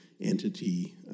entity